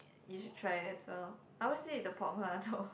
you should try it as well I always eat the pork lard though